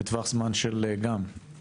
בטווח זמן של שבועות,